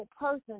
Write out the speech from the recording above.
person